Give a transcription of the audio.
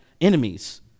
enemies